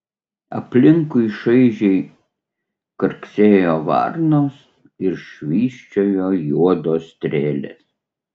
aplinkui šaižiai karksėjo varnos ir švysčiojo juodos strėlės